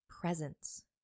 presence